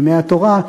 ימי התורה,